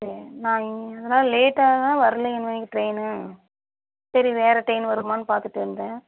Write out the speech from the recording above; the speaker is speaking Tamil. சரி நான் எதனால் லேட்டாயெல்லாம் வரலாம் இல்லைங்க ட்ரெயினு சரி வேறு ட்ரெயினு வருமான்னு பார்த்துட்டுருந்தேன்